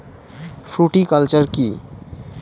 Fruticulture কী?